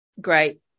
Great